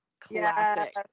Classic